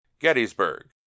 Gettysburg